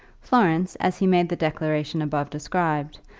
florence, as he made the declaration above described,